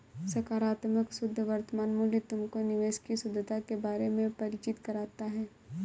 सकारात्मक शुद्ध वर्तमान मूल्य तुमको निवेश की शुद्धता के बारे में परिचित कराता है